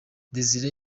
desire